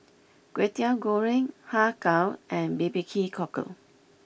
Kwetiau Goreng Har Kow and B B Q Cockle